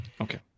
Okay